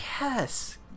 Yes